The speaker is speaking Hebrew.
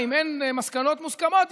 אם אין מסקנות מוסכמות,